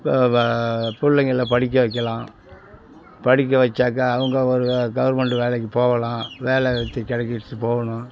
பிள்ளைங்கள படிக்க வைக்கலாம் படிக்க வைச்சாக்கா அவங்க ஒரு கவுர்மெண்டு வேலைக்கு போகலாம் வேலை வித்து கிடைக்கறத்துக்கு போகணும்